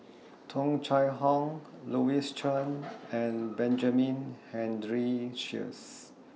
Tung Chye Hong Louis Chen and Benjamin Henry Sheares